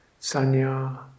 Sanya